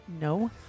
No